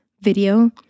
video